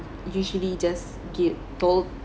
usually just get told